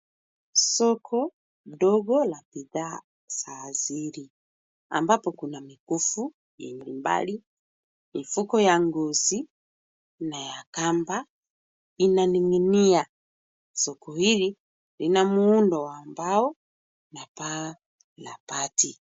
Soko dogo la bidhaa za asili ambapo kuna mikufu yenye mbali, mifuko ya ngozi na ya kamba inaning'inia. Soko hili lina muundo wa mbao na paa la bati.